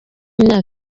myaka